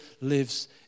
lives